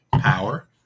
power